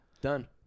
done